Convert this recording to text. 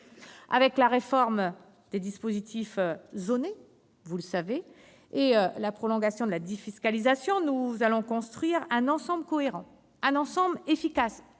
Avec la réforme des dispositifs zonés et la prolongation de la défiscalisation, nous allons construire un ensemble cohérent et efficace.